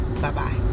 bye-bye